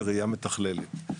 בראייה מתכללת.